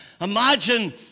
Imagine